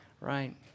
right